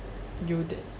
you th~